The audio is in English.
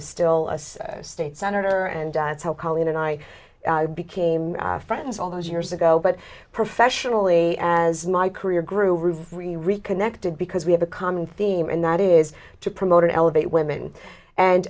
is still a state senator and that's how colleen and i became friends all those years ago but professionally as my career grew very very reconnected because we have a common theme and that is to promote and elevate women and